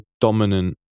dominant